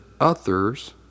others